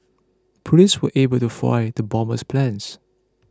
police were able to foil the bomber's plans